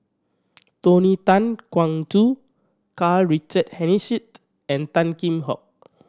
Tony Tan Keng Joo Karl Richard Hanitsch and Tan Kheam Hock